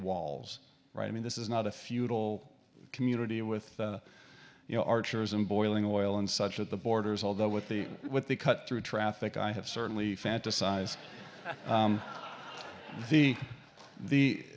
walls right i mean this is not a feudal community with you know archers in boiling oil and such at the borders although with the with the cut through traffic i have certainly fantasized the th